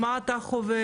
מה אתה חווה,